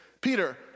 Peter